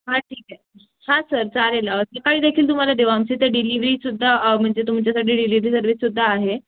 हां ठीक आहे हां सर चालेल सकाळी देखील तुम्हाला देऊ आमच्या इथे डिलिवरीसुद्धा म्हणजे तुमच्यासाठी डिलिवरी सर्विससुद्धा आहे